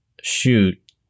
shoot